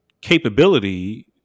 capability